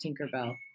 Tinkerbell